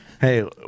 Hey